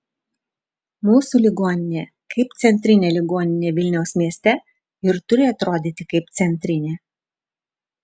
mūsų ligoninė kaip centrinė ligoninė vilniaus mieste ir turi atrodyti kaip centrinė